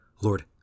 Lord